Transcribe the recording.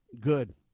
good